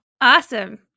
Awesome